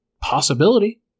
possibility